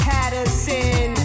Patterson